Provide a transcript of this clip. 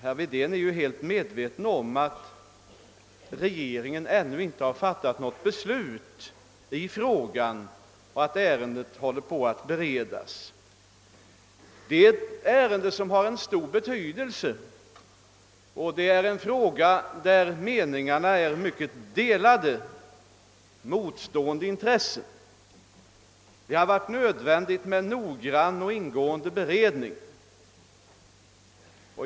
Herr Wedén är ju helt medveten om att regeringen ännu inte har fattat något beslut i frågan och att ärendet håller på att beredas. Det är ett ärende som har stor betydelse, och det är en fråga där meningarna är mycket delade på grund av motstående intressen. Det har varit nödvändigt med en noggrann och ingående beredning.